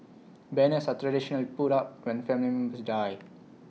banners are traditionally put up when family members die